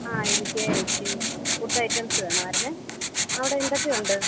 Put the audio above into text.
ആ എനിക്ക് ഇച്ചിരി ഫുഡ് ഐറ്റംസ് വേണമായിരുന്നു അവിടെ എന്തൊക്കെയുണ്ട്